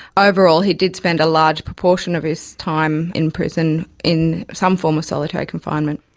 overall he did spend a large proportion of his time in prison in some form of solitary confinement.